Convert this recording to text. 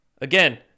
again